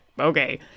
okay